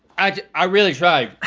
i really tried.